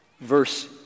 Verse